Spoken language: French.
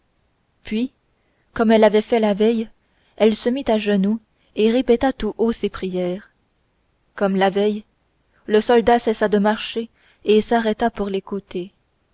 puis comme elle avait fait la veille elle se mit à genoux et répéta tout haut ses prières comme la veille le soldat cessa de marcher et s'arrêta pour l'écouter